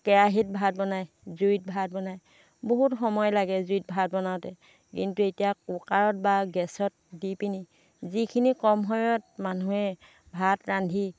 কেৰাহীত ভাত বনায় জুইত ভাত বনায় বহুত সময় লাগে জুইত ভাত বনাওঁতে কিন্তু এতিয়া কুকাৰত বা গেছত দি পিনি যিখিনি কম সময়ত মানুহে ভাত ৰান্ধি